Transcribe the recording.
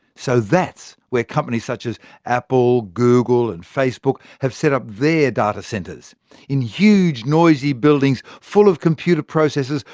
so that's where companies such as apple, google and facebook have set up their data centres in huge noisy buildings full of computer processors,